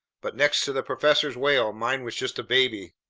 but next to the professor's whale, mine was just a baby.